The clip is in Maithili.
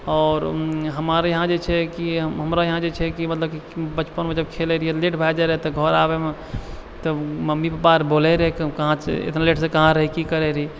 आओर हमारे यहाँ जे छै कि हमरा यहाँ जे छै कि मतलब कि बचपनमे जब खेलय रहिये लेट भए जाइ रहय तऽ घर आबयमे तऽ मम्मी पप्पा आर बोलय रहय कि हम कहाँ छै इतना लेटसँ कहाँ रही की करय रही